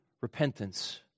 repentance